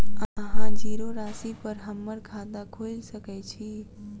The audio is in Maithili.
अहाँ जीरो राशि पर हम्मर खाता खोइल सकै छी?